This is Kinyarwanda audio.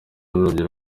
n’uburyo